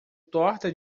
torta